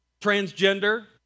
transgender